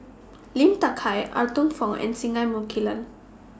Lim Hak Tai Arthur Fong and Singai Mukilan